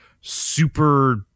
super